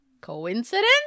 Coincidence